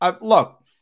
Look